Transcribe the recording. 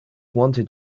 wanted